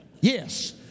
yes